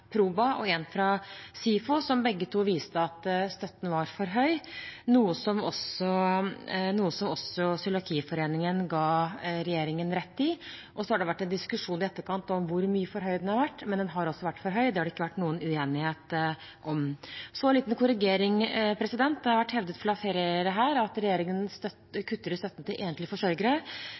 Proba og en fra SIFO, som begge viste at støtten var for høy, noe også Norsk cøliakiforening ga regjeringen rett i. Så har det vært en diskusjon i etterkant om hvor mye for høy den har vært, men den har altså vært for høy – det har det ikke vært noen uenighet om. Så en liten korrigering: Det har vært hevdet av flere her at regjeringen kutter i støtten til enslige forsørgere.